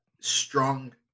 strong